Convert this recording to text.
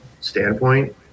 standpoint